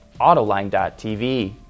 autoline.tv